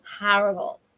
Horrible